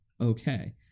okay